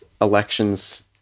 elections